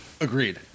Agreed